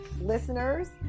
listeners